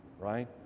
right